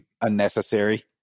unnecessary